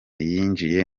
yinjiye